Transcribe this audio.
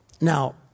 Now